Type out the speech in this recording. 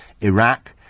Iraq